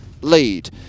lead